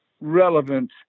relevant